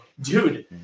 Dude